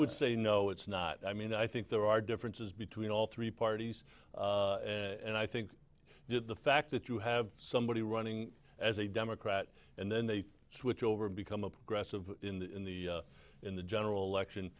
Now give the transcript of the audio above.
would say no it's not i mean i think there are differences between all three parties and i think he did the fact that you have somebody running as a democrat and then they switch over become a progressive in the in the general election